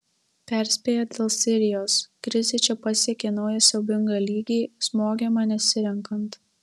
perspėja dėl sirijos krizė čia pasiekė naują siaubingą lygį smogiama nesirenkant